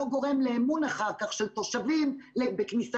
לא גורם לאמון אחר כך של תושבים בכניסת